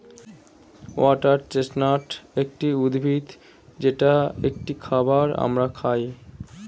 water chestnut একটি উদ্ভিদ যেটা একটি খাবার আমরা খাই